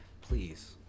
please